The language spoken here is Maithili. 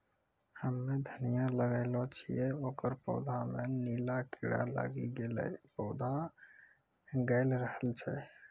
हम्मे धनिया लगैलो छियै ओकर पौधा मे नीला कीड़ा लागी गैलै पौधा गैलरहल छै?